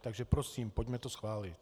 Takže prosím, pojďme to schválit.